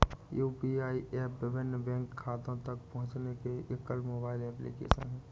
UPI app विभिन्न bank खातों तक पहुँचने के लिए एकल मोबाइल एप्लिकेशन है